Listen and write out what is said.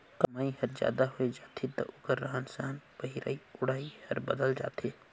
कमई हर जादा होय जाथे त ओखर रहन सहन पहिराई ओढ़ाई हर बदलत जाथे